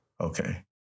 Okay